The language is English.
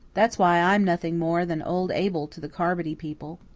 that's why i'm nothing more than old abel to the carmody people.